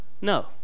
no